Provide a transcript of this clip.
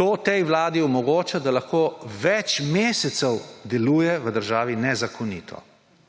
to tej vladi omogoča, da lahko več mesecev deluje v državni nezakonito,